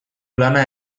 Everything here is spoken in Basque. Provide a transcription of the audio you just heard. lana